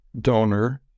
donor